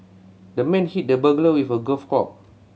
the man hit the burglar with a golf club